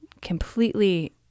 completely